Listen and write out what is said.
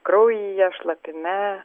kraujyje šlapime